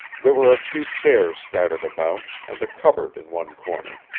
there were a few chairs scattered about, and a cupboard in one corner.